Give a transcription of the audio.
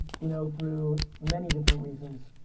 you know, through many different reasons.